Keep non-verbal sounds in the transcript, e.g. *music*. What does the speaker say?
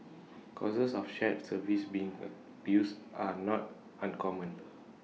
cases of shared services being *hesitation* abused are not uncommon